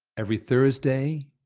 every thursday,